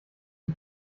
sie